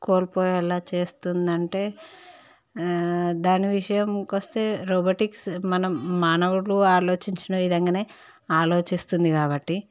కోల్పోయేలాగ చేస్తుంది అంటే ఆ దాని విషయంకు వస్తే రోబోటిక్స్ మనం మానవుడు ఆలోచించిన విధంగానే ఆలోచిస్తుంది కాబట్టి